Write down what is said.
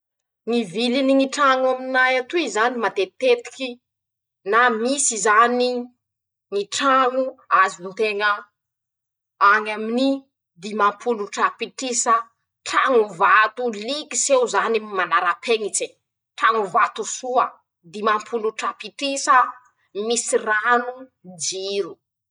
<...>Ñy viliny ñy traño aminay atoy zany matetitetiky na misy zany ñy trano azon-teña añy aminy dimam-polo trapitrisa, traño vato likis'eo zany manarapeñitse, traño vato soa, dimam-polo trapitrisa misy rano, jiro.